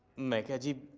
make you.